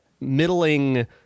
middling